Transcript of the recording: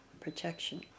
protection